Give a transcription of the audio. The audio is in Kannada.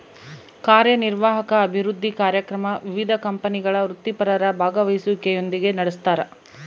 ಕಾರ್ಯನಿರ್ವಾಹಕ ಅಭಿವೃದ್ಧಿ ಕಾರ್ಯಕ್ರಮ ವಿವಿಧ ಕಂಪನಿಗಳ ವೃತ್ತಿಪರರ ಭಾಗವಹಿಸುವಿಕೆಯೊಂದಿಗೆ ನಡೆಸ್ತಾರ